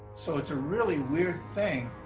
so it's a really weird thing,